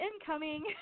incoming